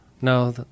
No